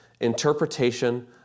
interpretation